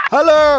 Hello